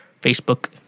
Facebook